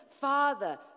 Father